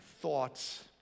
thoughts